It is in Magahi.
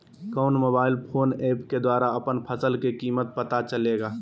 कौन मोबाइल फोन ऐप के द्वारा अपन फसल के कीमत पता चलेगा?